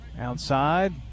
Outside